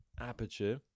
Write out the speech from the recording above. aperture